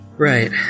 Right